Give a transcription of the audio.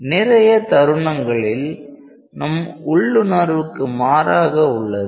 நிறைய தருணங்களில் நம் உள்ளுணர்வுக்கு மாறாக உள்ளது